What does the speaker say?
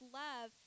love